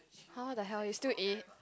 how the hell it's still A